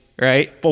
right